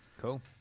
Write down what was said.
Cool